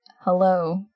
Hello